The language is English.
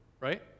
Right